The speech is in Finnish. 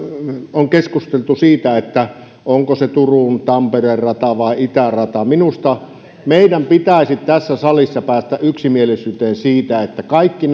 on keskusteltu siitä onko se turun rata tampereen rata vai itärata minusta meidän pitäisi tässä salissa päästä yksimielisyyteen siitä että kaikki